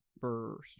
first